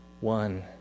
one